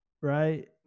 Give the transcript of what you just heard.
right